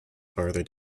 further